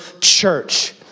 Church